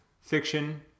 fiction